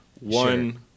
One